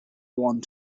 want